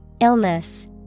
Illness